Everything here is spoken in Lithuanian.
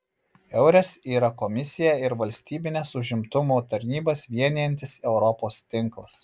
eures yra komisiją ir valstybines užimtumo tarnybas vienijantis europos tinklas